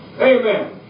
Amen